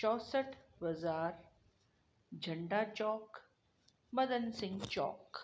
चोहठि बाज़ारि झंडा चौक मदन सिंह चौक